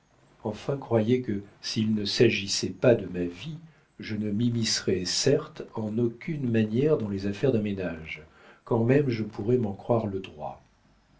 enfin croyez que s'il ne s'agissait pas de ma vie je ne m'immiscerais certes en aucune manière dans les affaires d'un ménage quand même je pourrais m'en croire le droit